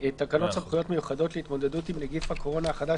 תקנות סמכויות מיוחדות להתמודדות עם נגיף הקורונה החדש